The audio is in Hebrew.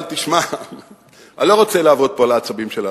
אבל אני לא רוצה לעבוד פה על העצבים של האנשים.